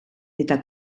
eta